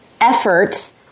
efforts